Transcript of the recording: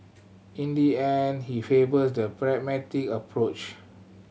in the end he favours the pragmatic approach